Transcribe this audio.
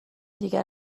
دیگر